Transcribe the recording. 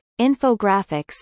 infographics